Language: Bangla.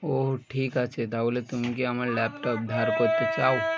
ও ঠিক আছে তাহলে তুমি কি আমার ল্যাপটপ ধার করতে চাও